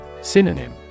Synonym